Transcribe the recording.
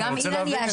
אני רוצה להבין את זה.